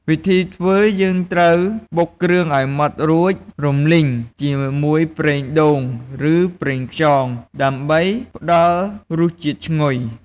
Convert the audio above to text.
វិធីធ្វើ គឺត្រូវបុកគ្រឿងឱ្យម៉ដ្ឋរួច រំលីងជាមួយប្រេងដូង ឬប្រេងខ្យង ដើម្បីផ្ដល់រសជាតិឈ្ងុយ។